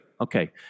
Okay